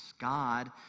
God